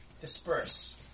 disperse